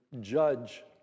judge